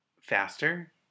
faster